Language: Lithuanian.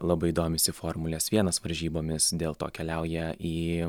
labai domisi formulės vienas varžybomis dėl to keliauja į